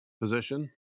position